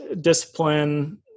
discipline